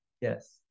Yes